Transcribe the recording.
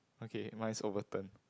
okay mine is overturned